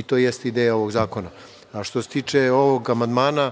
i to jeste ideja ovog zakona. Što se tiče ovog amandmana,